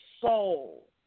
soul